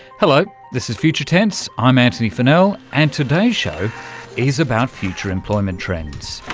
hello, this is future tense, i'm antony funnell and today's show is about future employment trends.